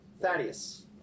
Thaddeus